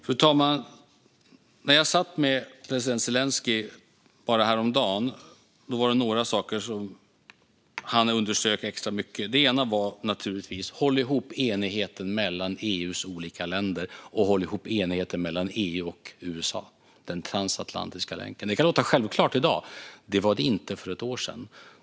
Fru talman! När jag satt med president Zelenskyj bara häromdagen var det några saker som han underströk extra mycket. En sak var naturligtvis: Håll ihop enigheten mellan EU:s olika länder, och håll ihop enigheten mellan EU och USA, den transatlantiska länken! Det kan låta självklart i dag, men det var det inte för ett år sedan.